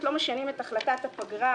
לבקש זאת.